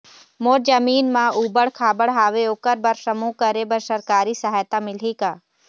मोर जमीन म ऊबड़ खाबड़ हावे ओकर बर समूह करे बर सरकारी सहायता मिलही का?